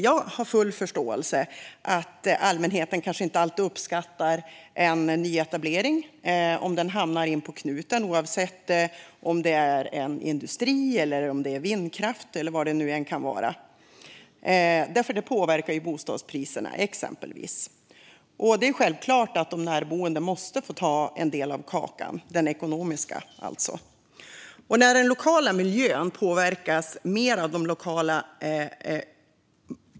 Jag har full förståelse för att allmänheten kanske inte alltid uppskattar en nyetablering om den hamnar inpå knuten, oavsett om det handlar om en industri eller vindkraft, eftersom det exempelvis påverkar bostadspriserna. Det är självklart att de närboende måste få en del av den ekonomiska kakan.